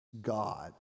God